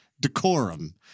decorum